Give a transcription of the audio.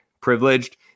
privileged